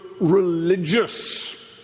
religious